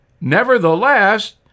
Nevertheless